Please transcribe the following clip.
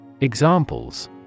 Examples